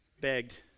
begged